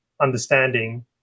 understanding